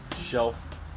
shelf